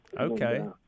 Okay